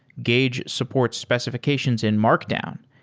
gauge supports specifi cations in markdown,